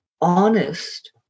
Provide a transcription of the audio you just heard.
honest